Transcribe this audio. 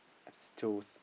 absetos